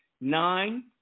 nine